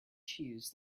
cheese